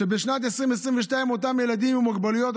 שבשנת 2022 אותם ילדים עם מוגבלויות,